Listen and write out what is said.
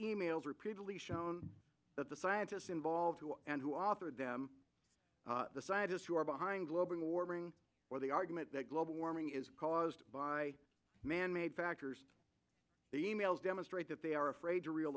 e mails repeatedly shown that the scientists involved and who authored them the scientists who are behind global warming or the argument that global warming is caused by manmade factors e mails demonstrate that they are afraid to re